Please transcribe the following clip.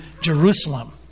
Jerusalem